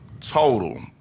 total